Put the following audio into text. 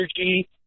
energy